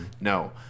No